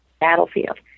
Battlefield